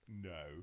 no